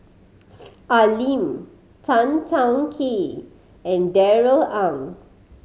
Al Lim Tan Teng Kee and Darrell Ang